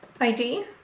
ID